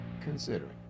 considering